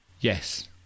Yes